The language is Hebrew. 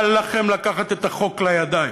אל לכם לקחת את החוק לידיים.